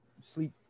sleep